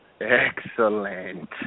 Excellent